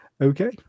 Okay